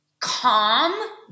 Calm